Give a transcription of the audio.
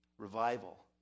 revival